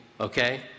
Okay